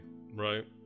right